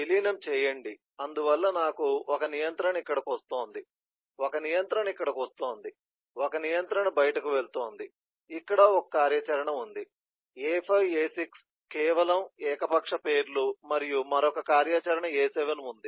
విలీనం చేయండి అందువల్ల నాకు 1 నియంత్రణ ఇక్కడ వస్తోంది 1 నియంత్రణ ఇక్కడకు వస్తోంది 1 నియంత్రణ బయటకు వెళుతోంది ఇక్కడ ఒక కార్యాచరణ ఉంది A5 A6 కేవలం ఏకపక్ష పేర్లు మరియు మరొక కార్యాచరణ A7 ఉంది